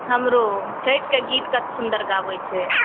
हमरो छठिके गीत कतेक सुन्दर गाबैत छै